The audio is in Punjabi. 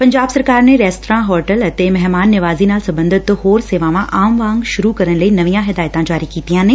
ਪੰਜਾਬ ਸਰਕਾਰ ਨੇ ਰੇਸਤਰਾਂ ਹੋਟੇਲ ਅਤੇ ਮਹਿਮਾਨ ਨਿਵਾਜ਼ੀ ਨਾਲ ਸਬੰਧਤ ਹੋਰ ਸੇਵਾਵਾਂ ਆਮ ਵਾਂਗ ਸੁਰੁ ਕਰਨ ਲਈ ਨਵੀਆਂ ਹਦਾਇਡਾਂ ਜਾਰੀ ਕੀਡੀਆਂ ਨੇ